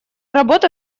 работа